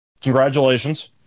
Congratulations